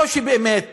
או שבאמת